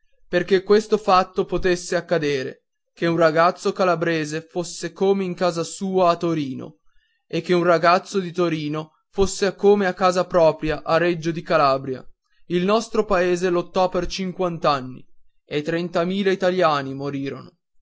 perché questo fatto potesse accadere che un ragazzo calabrese fosse come in casa sua a torino e che un ragazzo di torino fosse come a casa propria a reggio di calabria il nostro paese lottò per cinquant'anni e trentamila italiani morirono